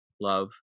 love